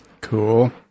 Cool